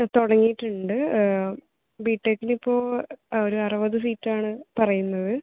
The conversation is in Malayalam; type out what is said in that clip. തുടങ്ങീട്ടിണ്ട് ബി ടെക്കിന് ഇപ്പോൾ ഒരു അറുപത് സീറ്റാണ് പറയുന്നത്